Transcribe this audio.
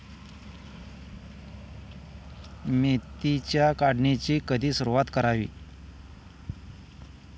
मेथीच्या काढणीची कधी सुरूवात करावी?